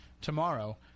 tomorrow